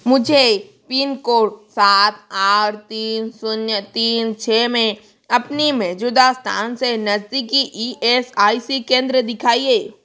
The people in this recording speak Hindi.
मुझे पिन कोड सात आठ तीन शून्य तीन छः में अपने मौजूदा स्थान से नज़दीकी ई एस आई सी केंद्र दिखाइए